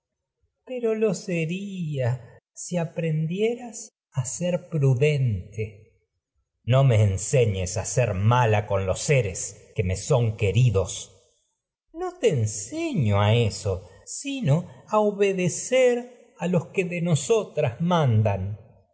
pero dente aprendieras a ser pru j electra no me enseñes a ser mala con los seres que me son queridos crisótemis los no te enseño a eso sino a obedecer a que de nosotras mandan